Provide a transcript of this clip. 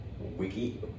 Wiki